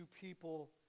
people